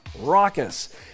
raucous